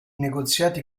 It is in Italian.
negoziati